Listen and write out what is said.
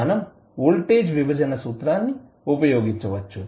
మనం వోల్టేజ్ విభజన సూత్రాన్ని ఉపయోగించవచ్చు